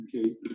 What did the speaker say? okay